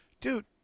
Dude